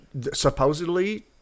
Supposedly